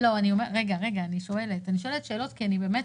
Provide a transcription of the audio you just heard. אני יכולה לשאול אותו שאלות, כי זה אחד המדדים